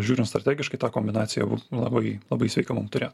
žiūrint strategiškai tą kombinaciją mum labai labai sveika mum turėt